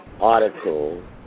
article